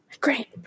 Great